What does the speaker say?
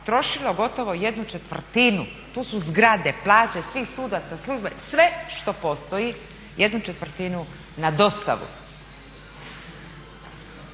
trošilo gotovo jednu četvrtinu, tu su zgrade, plaće svih sudaca, službenika, sve što postoji jednu četvrtinu na dostavu.